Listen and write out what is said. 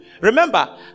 Remember